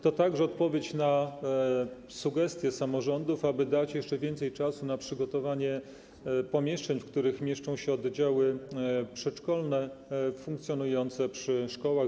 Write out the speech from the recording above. To także odpowiedź na sugestie samorządów, aby dać jeszcze więcej czasu na przygotowanie pomieszczeń, w których mieszczą się oddziały przedszkolne funkcjonujące przy szkołach.